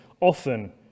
often